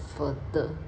further